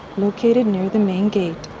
located near the main gate.